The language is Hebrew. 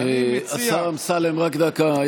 אני מציע, השר אמסלם, רק דקה.